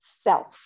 self